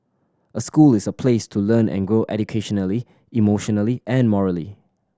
a school is a place to learn and grow educationally emotionally and morally